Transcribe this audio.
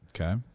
Okay